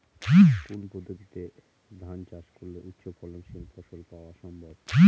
কোন পদ্ধতিতে ধান চাষ করলে উচ্চফলনশীল ফসল পাওয়া সম্ভব?